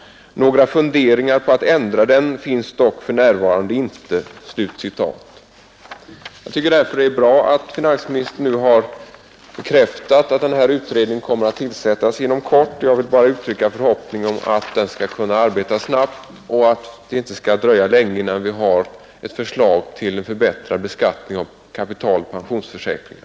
Några funderingar på att ändra den finns dock för närvarande inte.” Jag tycker därför det är bra att finansministern nu har bekräftat att den här utredningen kommer att tillsättas inom kort, och jag vill bara uttrycka en förhoppning om att den skall kunna arbeta snabbt och att det inte skall dröja länge innan vi har ett förslag till förbättrad beskattning av kapitaloch pensionsförsäkringar.